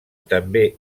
també